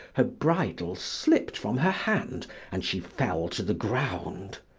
her bridle slipped from her hand and she fell to the ground.